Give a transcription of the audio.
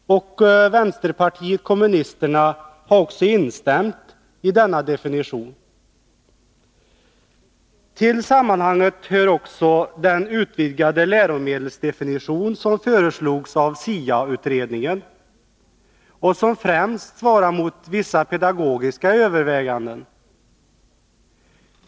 Också vänsterpartiet kommunisterna har instämt i fråga om den definitionen. I sammanhanget bör också nämnas den utvidgade läromedelsdefinition som föreslogs av SIA-utredningen och som främst svarade mot vissa pedagogiska överväganden.